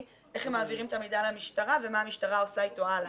איך הם מעבירים את המידע למשטרה ומה המשטרה עושה איתו הלאה.